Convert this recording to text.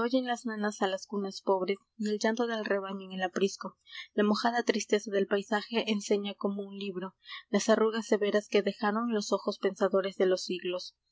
oyen las nanas a las cunas pobres d llanto del rebaño en el aprisco la mojada tristeza del paisaje lnseña como un libro as arrugas severas que dejaron os ojos pensadores de los siglos